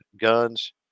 guns